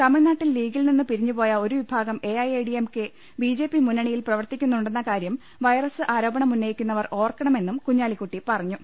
തമിഴ്നാട്ടിൽ ലീഗിൽ നിന്ന് പിരിഞ്ഞുപോയ ഒരു വിഭാഗം എഐഎഡിഎംകെ ബിജെപി മുന്നണിയിൽ പ്രവർത്തിക്കുന്നു ണ്ടെന്ന കാര്യം വൈറസ് ആരോപണമുന്നയിക്കുന്നവർ ഓർക്കണ മെന്നും കുഞ്ഞാലിക്കുട്ടി പറഞ്ഞു